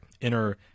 inner